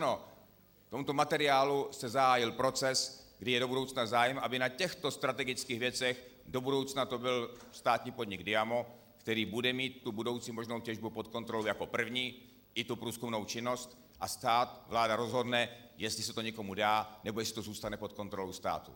K tomuto materiálu se zahájil proces, kdy je zájem, aby na těchto strategických věcech do budoucna to byl státní podnik Diamo, který bude mít budoucí možnou těžbu pod kontrolou jako první, i průzkumnou činnost, a stát vláda rozhodne, jestli se to někomu dá, nebo jestli to zůstane pod kontrolou státu.